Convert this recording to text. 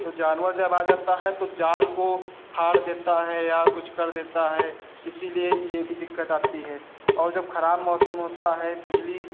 तो जानवर जब आ जाता है तो जाल को फाड़ देता है या कुछ कर देता है इसीलिए ये भी दिक्कत आती है और जब खराब मौसम होता है बिजली